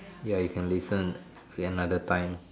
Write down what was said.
ya you can listen another time